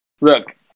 Look